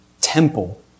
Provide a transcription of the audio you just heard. temple